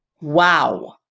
Wow